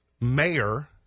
mayor